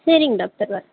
சரிங்க டாக்டர் வரேன்